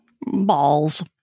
Balls